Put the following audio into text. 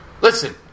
listen